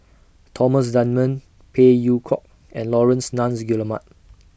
Thomas Dunman Phey Yew Kok and Laurence Nunns Guillemard